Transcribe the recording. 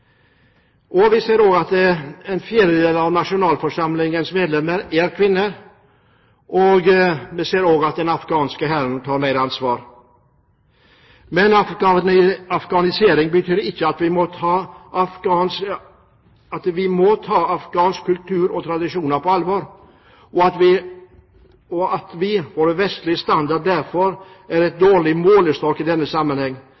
vi er i havn. Vi ser også at en fjerdedel av nasjonalforsamlingens medlemmer er kvinner, og vi ser at den afghanske hæren tar mer ansvar. Men afghanisering betyr også at vi må ta afghansk kultur og tradisjoner på alvor, og at vår vestlige standard derfor er en dårlig målestokk i denne sammenheng.